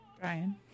Brian